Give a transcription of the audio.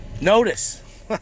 Notice